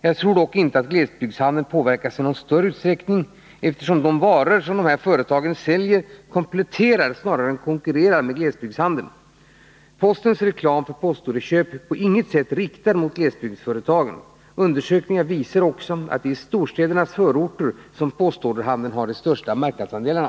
Jag tror dock inte att glesbygdshandeln påverkas i någon större utsträckning, eftersom de varor som postorderföretagen säljer kompletterar snarare än konkurrerar med glesbygdshandeln. Postverkets reklam för postorderköp är På intet sätt riktad mot glesbygdsföretagen. Undersökningar visar också att det är i storstädernas förorter som postorderhandeln har de största marknadsandelarna.